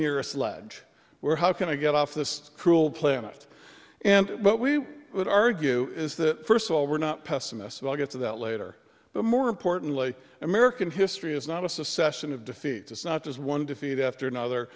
nearest ledge where how can i get off this cruel planet and what we would argue is that first of all we're not pessimists i'll get to that later but more importantly american history is not a session of defeat it's not just one defeat after another